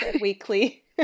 weekly